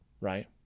right